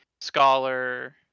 scholar